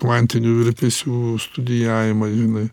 kvantinių virpesių studijavimas žinai